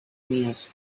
míos